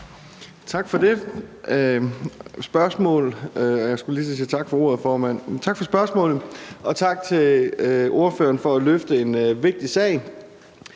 Tak for det spørgsmål – jeg skulle lige til at sige tak for ordet, formand – og tak til ordføreren for at løfte en vigtig sag.